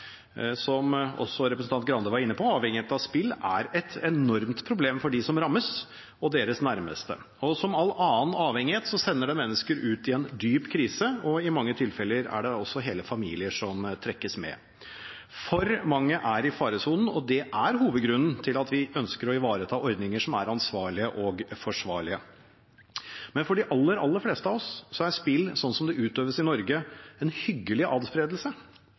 som også representanten Arild Grande var inne på. Avhengighet av spill er et enormt problem for dem som rammes og deres nærmeste. Som all annen avhengighet, sender det mennesker ut i en dyp krise, og i mange tilfeller er det også hele familier som trekkes med. Altfor mange er i faresonen, og det er hovedgrunnen til at vi ønsker å ivareta ordninger som er ansvarlige og forsvarlige. Men for de aller fleste av oss er spill, slik det utøves i Norge, en hyggelig adspredelse,